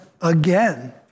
again